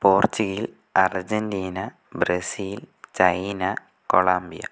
Portugal Argentina Brazil China Columbia